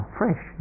fresh